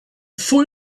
full